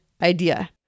idea